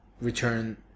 return